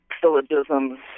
syllogisms